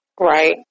Right